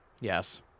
Yes